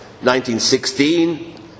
1916